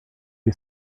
you